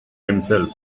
himself